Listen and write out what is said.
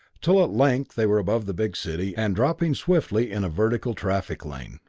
till at length they were above the big city, and dropping swiftly in a vertical traffic lane.